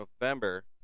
November